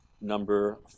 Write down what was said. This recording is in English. number